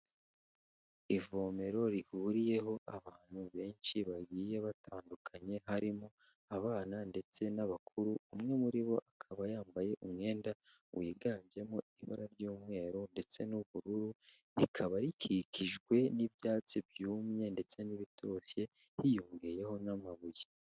Ivomero rihuriyeho abantu benshi bagiye batandukanye, harimo abana ndetse n'abakuru, umwe muri bo akaba yambaye umwenda wiganjemo ibara ry'umweru ndetse n'ubururu, rikaba rikikijwe n'ibyatsi byumye ndetse n'ibitoshye, hiyongeyeho n'amabuye.